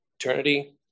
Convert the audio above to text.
eternity